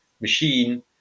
machine